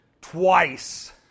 Twice